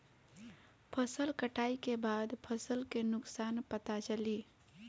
फसल कटाई के बाद फसल के नुकसान पता चली